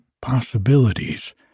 possibilities